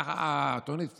כך התוכנית הבטיחה.